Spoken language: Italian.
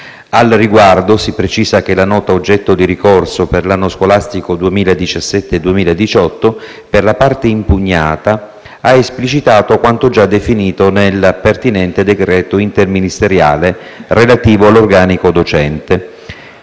Al riguardo si precisa che la nota oggetto di ricorso per l'anno scolastico 2017/2018, per la parte impugnata, ha esplicitato quanto già definito nel pertinente decreto interministeriale relativo all'organico docente,